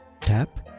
Tap